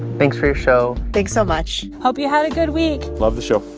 thanks for your show thanks so much hope you had a good week love the show.